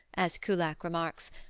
as kullak remarks,